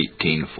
1840